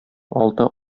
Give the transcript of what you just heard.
алты